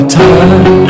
time